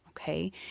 okay